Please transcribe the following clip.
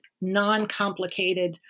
non-complicated